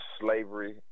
slavery